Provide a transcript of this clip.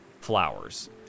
flowers